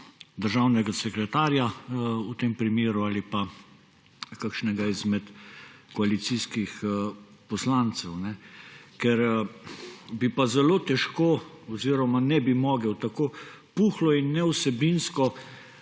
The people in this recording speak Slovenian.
državnega sekretarja v tem primeru ali pa kakšnega izmed koalicijskih poslancev. Ker bi pa zelo težko oziroma ne bi mogel tako puhlo in nevsebinsko